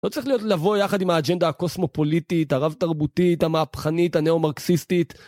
לא צריך להיות לבוא יחד עם האג'נדה הקוסמופוליטית, הרב תרבותית, המהפכנית, הנאו-מרקסיסטית.